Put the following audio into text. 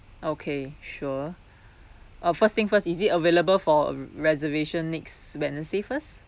okay sure uh first thing first is it available for reservation next wednesday first